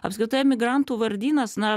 apskritai emigrantų vardynas na